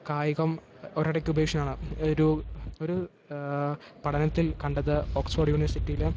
കായികം ഒരിടയ്ക്ക് ഉപേക്ഷിച്ചതാണ് ഒരു ഒരു പഠനത്തിൽക്കണ്ടത് ഓക്സ്ഫോഡ് യൂണിവേഴ്സിറ്റിയിൽ